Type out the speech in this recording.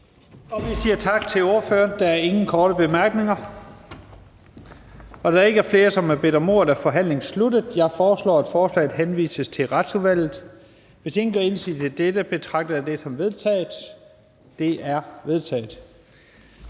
Jeg siger tak til ordføreren. Da der ikke er flere, som har bedt om ordet, er forhandlingen sluttet. Jeg foreslår, at forslaget henvises til Retsudvalget. Hvis ingen gør indsigelse, betragter jeg dette som vedtaget. Det er vedtaget.